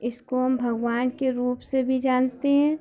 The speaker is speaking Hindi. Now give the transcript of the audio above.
इसको हम भगवान के रूप से भी जानते हैं